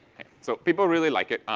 so people really like it,